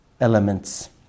elements